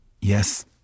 Yes